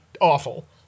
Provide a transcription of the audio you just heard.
awful